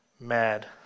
mad